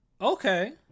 Okay